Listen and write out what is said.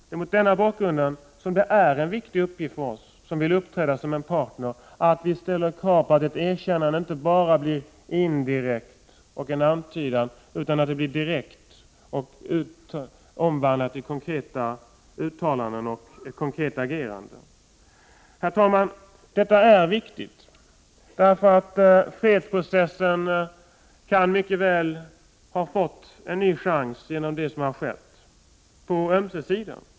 Det är mot denna bakgrund som det är en viktig uppgift för oss, som vill 25 uppträda som en partner härvidlag, att vi ställer krav på att ett erkännande inte bara sker indirekt och blir en antydan, utan att det omvandlas till konkreta uttalanden och ett konkret agerande. Herr talman! Detta är viktigt eftersom fredsprocessen mycket väl kan ha fått en ny chans genom det som har skett på ömse sidor.